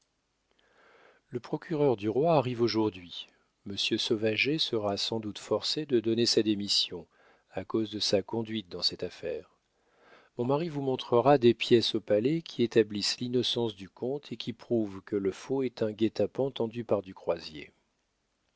le procureur du roi arrive aujourd'hui monsieur sauvager sera sans doute forcé de donner sa démission à cause de sa conduite dans cette affaire mon mari vous montrera des pièces au palais qui établissent l'innocence du comte et qui prouvent que le faux est un guet-apens tendu par du croisier